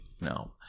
No